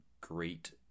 great